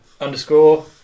underscore